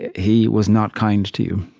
he was not kind to you.